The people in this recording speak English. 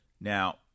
Now